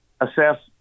assess